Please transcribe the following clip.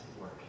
work